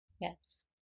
Yes